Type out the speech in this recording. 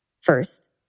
First